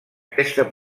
aquesta